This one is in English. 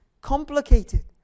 complicated